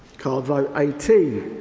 card vote eighteen,